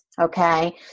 okay